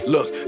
Look